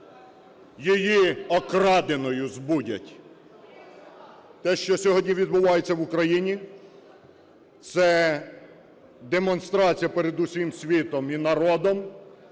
її, окраденую, збудять". Те, що сьогодні відбувається в Україні, - це демонстрацію перед усім світом і народом,